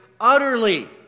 utterly